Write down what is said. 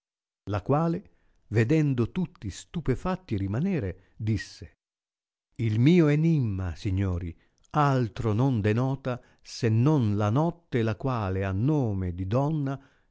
la quale vedendo tutti stupefatti rimanere disse il mio enimma signori altro non denota se non la notte la quale ha nome di donna